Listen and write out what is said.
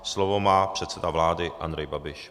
Slovo má předseda vlády Andrej Babiš.